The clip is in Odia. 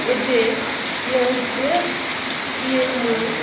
ଏବେ ଯେଉଁ ଡ୍ରେସ୍ଟିଏ ମୁଁ